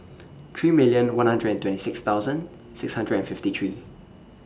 three million one hundred and twenty six thousand six hundred and fifty three